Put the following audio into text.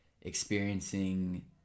experiencing